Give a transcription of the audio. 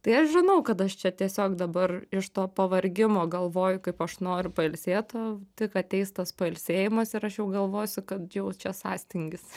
tai aš žinau kad aš čia tiesiog dabar iš to pavargimo galvoju kaip aš noriu pailsėt o tik ateis tas pailsėjimas ir aš jau galvosiu kad jau čia sąstingis